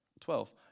Twelve